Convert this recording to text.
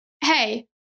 hey